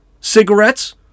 Cigarettes